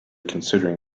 considering